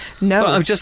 No